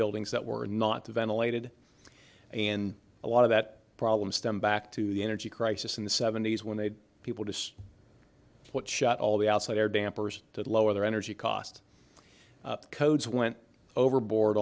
buildings that were not ventilated and a lot of that problem stems back to the energy crisis in the seventy's when they had people to what shut all the outside air dampers did lower their energy cost codes went overboard